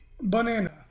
banana